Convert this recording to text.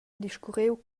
discurriu